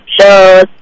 shows